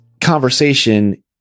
conversation